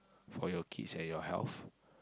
for your kids and your health